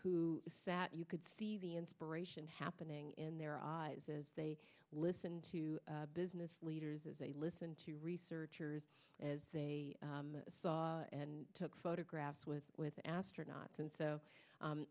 who sat you could see the inspiration happening in their eyes as they listened to business leaders as they listen to researchers as they saw and took photographs with with the astronaut and so